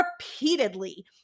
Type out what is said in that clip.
repeatedly